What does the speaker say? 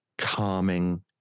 calming